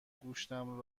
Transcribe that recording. گوشتم